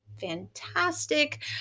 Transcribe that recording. fantastic